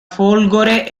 folgore